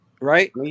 Right